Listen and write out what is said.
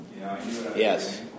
yes